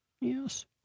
Yes